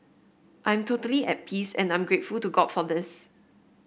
I'm totally at peace and I'm grateful to God for this